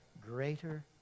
greater